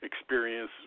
experience